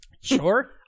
Sure